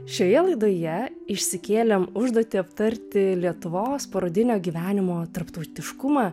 šioje laidoje išsikėlėm užduotį aptarti lietuvos parodinio gyvenimo tarptautiškumą